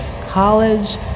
college